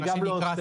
אני גם לא עוסק.